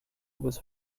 was